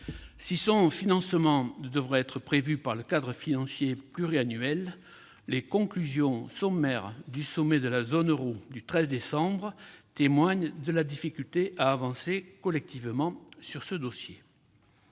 Si son financement devra être prévu par le cadre financier pluriannuel, les conclusions sommaires du sommet de la zone euro du 13 décembre témoignent de la difficulté à avancer collectivement sur ce dossier.